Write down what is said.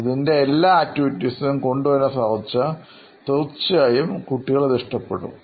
ഇതിൻറെ എല്ലാ പ്രവർത്തനങ്ങളും കൊണ്ടുവരാൻ സാധിച്ചാൽ തീർച്ചയായും അവർ ഇത് ഇഷ്ടപ്പെടും